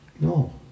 No